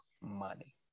money